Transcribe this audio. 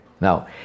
Now